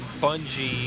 Bungie